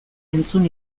entzun